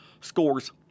scores